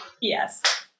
Yes